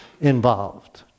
involved